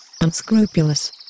Unscrupulous